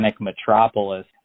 metropolis